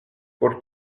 por